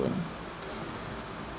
yeah